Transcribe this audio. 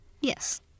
Yes